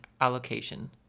Allocation